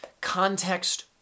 context